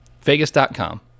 Vegas.com